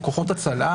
כוחות הצלה,